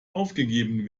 aufgegeben